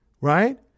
right